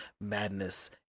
madness